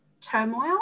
turmoil